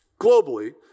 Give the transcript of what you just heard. globally